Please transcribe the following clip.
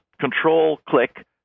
control-click